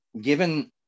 given